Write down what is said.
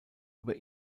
über